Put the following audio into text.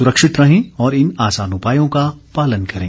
सुरक्षित रहें और इन आसान उपायों का पालन करें